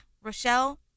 Rochelle